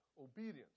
obedience